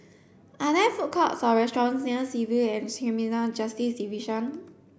are there food courts or restaurants near Civil and Criminal Justice Division